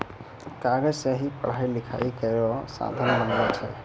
कागज सें ही पढ़ाई लिखाई केरो साधन बनलो छै